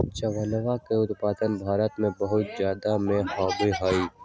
चावलवा के उत्पादन भारत में बहुत जादा में होबा हई